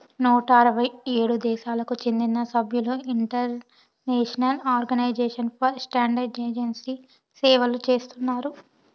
నూట అరవై ఏడు దేశాలకు చెందిన సభ్యులు ఇంటర్నేషనల్ ఆర్గనైజేషన్ ఫర్ స్టాండర్డయిజేషన్ని సేవలు చేస్తున్నారు